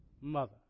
mother